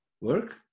work